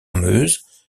meuse